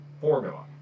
formula